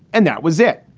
and that was it.